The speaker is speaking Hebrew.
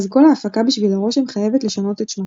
אז כל ההפקה בשביל הרושם חיבת לשנות את שמה.